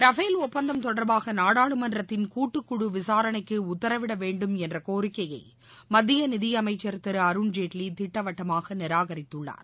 Rafale ஒப்பந்தம் தொடர்பாக நாடாளுமன்றத்தின் கூட்டுக்குழு விசாரணைக்கு உத்தரவிடவேண்டும் என்ற கோரிக்கையை மத்திய நிதியமைச்சர் திரு அருண்ஜேட்லி திட்டவட்டமாக நிராகரித்துள்ளார்